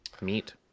meat